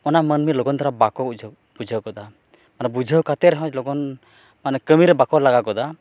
ᱚᱱᱟ ᱢᱟᱹᱱᱢᱤ ᱞᱚᱜᱚᱱ ᱫᱷᱟᱨᱟ ᱵᱟᱠᱚ ᱵᱩᱡᱷᱟᱹᱣ ᱵᱩᱡᱷᱟᱹᱣ ᱜᱚᱫᱟ ᱚᱱᱟ ᱵᱩᱡᱷᱟᱹᱣ ᱠᱟᱛᱮ ᱨᱮᱦᱚᱸ ᱞᱚᱜᱚᱱ ᱢᱟᱱᱮ ᱠᱟᱹᱢᱤᱨᱮ ᱵᱟᱠᱚ ᱞᱟᱜᱟᱣ ᱜᱚᱫᱟ